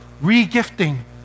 re-gifting